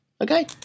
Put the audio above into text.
okay